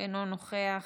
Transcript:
אינו נוכח,